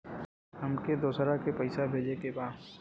हमके दोसरा के पैसा भेजे के बा?